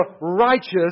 righteous